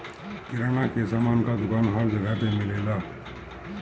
किराना के सामान के दुकान हर जगह पे मिलेला